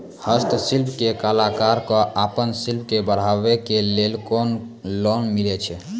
हस्तशिल्प के कलाकार कऽ आपन शिल्प के बढ़ावे के लेल कुन लोन मिलै छै?